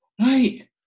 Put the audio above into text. right